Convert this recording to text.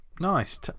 Nice